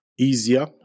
Easier